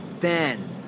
Ben